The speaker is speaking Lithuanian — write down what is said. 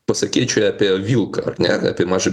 pasakėčioje apie vilką ar ne apie mažą